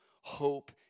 hope